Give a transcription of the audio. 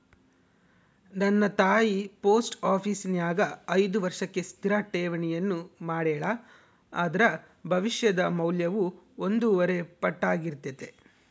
ನನ್ನ ತಾಯಿ ಪೋಸ್ಟ ಆಪೀಸಿನ್ಯಾಗ ಐದು ವರ್ಷಕ್ಕೆ ಸ್ಥಿರ ಠೇವಣಿಯನ್ನ ಮಾಡೆಳ, ಅದರ ಭವಿಷ್ಯದ ಮೌಲ್ಯವು ಒಂದೂವರೆ ಪಟ್ಟಾರ್ಗಿತತೆ